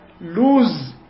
lose